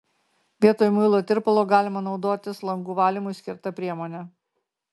vietoj muilo tirpalo galima naudotis langų valymui skirta priemone